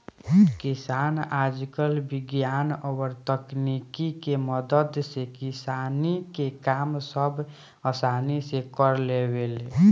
किसान आजकल विज्ञान और तकनीक के मदद से किसानी के काम सब असानी से कर लेवेले